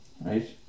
right